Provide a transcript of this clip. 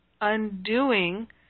undoing